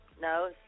No